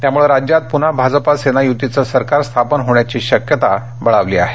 त्यामळे राज्यात पन्हा भाजप सेना यतीचं सरकार स्थापन होण्याची शक्यता आणखी बळावली आहे